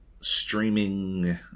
streaming